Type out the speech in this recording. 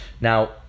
Now